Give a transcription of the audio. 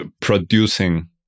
producing